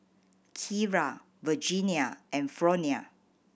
Kiera Virginia and Fronia